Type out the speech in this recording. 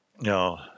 No